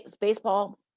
baseball